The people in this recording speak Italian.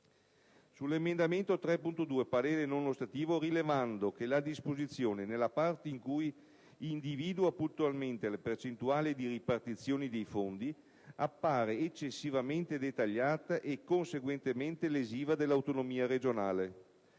sull'emendamento 3.2 parere non ostativo, rilevando che la disposizione, nella parte in cui individua puntualmente le percentuali di ripartizione dei fondi, appare eccessivamente dettagliata e, conseguentemente, lesiva dell'autonomia regionale;